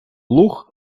луг